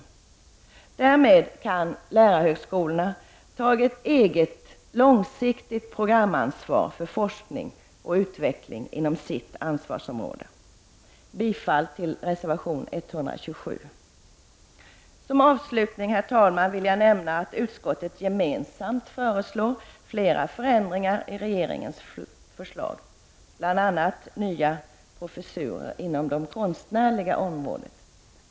I så fall kan lärarhögskolorna ta ett eget, långsiktigt programansvar för forskning och utveckling inom sitt ansvarsområde. Jag yrkar bifall till reservation 127. Som avslutning, herr talman, vill jag nämna att utskottet gemensamt föreslår fler förändringar i regeringens förslag till nya professurer bl.a. inom de konstnärliga områdena.